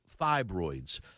fibroids